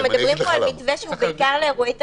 אנחנו מדברים פה על מתווה שהוא בעיקר לאירועי תרבות,